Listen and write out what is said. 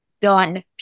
Done